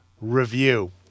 review